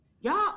Y'all